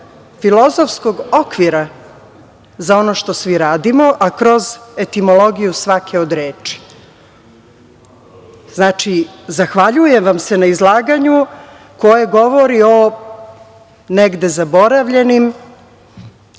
filozofskog okvira za ono što svi radimo, a kroz etimologiju svake od reči. Znači, zahvaljujem vam se na izlaganju koje govori o negde zaboravljenim